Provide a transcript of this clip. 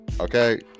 Okay